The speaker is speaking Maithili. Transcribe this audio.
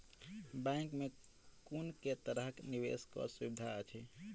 बैंक मे कुन केँ तरहक निवेश कऽ सुविधा अछि?